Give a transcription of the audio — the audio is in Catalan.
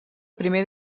primer